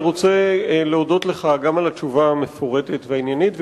אני רוצה להודות לך גם על התשובה המפורטת והעניינית,